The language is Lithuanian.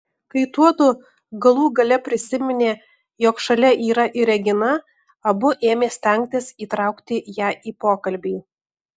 kai tuodu galų gale prisiminė jog šalia yra ir regina abu ėmė stengtis įtraukti ją į pokalbį